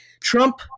Trump